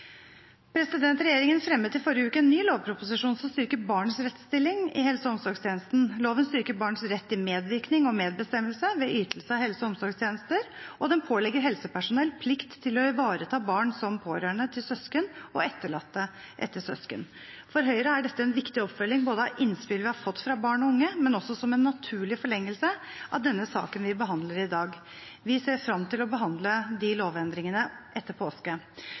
Regjeringen fremmet i forrige uke en ny lovproposisjon som styrker barns rettsstilling i helse- og omsorgstjenesten. Loven styrker barns rett til medvirkning og medbestemmelse ved ytelse av helse- og omsorgstjenester, og den pålegger helsepersonell plikt til å ivareta barn som pårørende til søsken og etterlatte etter søsken. For Høyre er dette en viktig oppfølging av innspill vi har fått fra barn og unge, men også som en naturlig forlengelse av denne saken vi behandler i dag. Vi ser frem til å behandle de lovendringene etter påske.